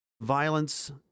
violence